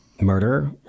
murder